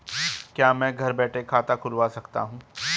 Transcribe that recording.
क्या मैं घर बैठे खाता खुलवा सकता हूँ?